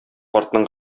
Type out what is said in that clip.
картның